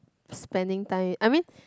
spending time I mean